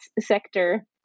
sector